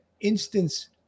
instance